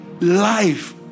life